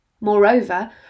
Moreover